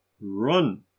run